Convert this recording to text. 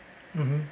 mmhmm